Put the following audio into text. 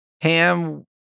Ham